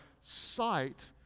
sight